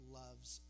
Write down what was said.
loves